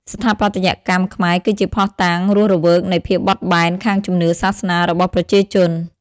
ស្ថាបត្យកម្ម ខ្មែរគឺជាភស្តុតាងរស់រវើកនៃ ភាពបត់បែន ខាងជំនឿសាសនារបស់ប្រជាជន។